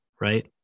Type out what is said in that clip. right